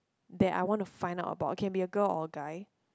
that I want to find out about it can be a girl or a guy